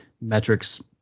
metrics